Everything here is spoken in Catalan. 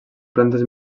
plantes